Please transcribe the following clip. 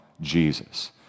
Jesus